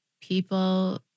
people